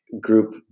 group